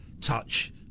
Touch